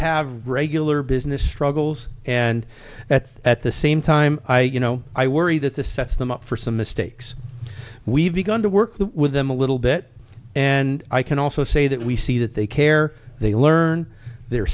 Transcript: have regular business struggles and that at the same time you know i worry that the sets them up for some mistakes we've begun to work with them a little bit and i can also say that we see that they care they learn they're